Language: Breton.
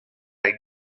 gêr